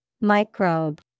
Microbe